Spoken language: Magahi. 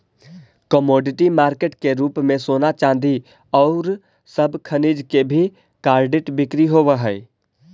कमोडिटी मार्केट के रूप में सोना चांदी औउर सब खनिज के भी कर्रिड बिक्री होवऽ हई